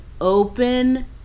open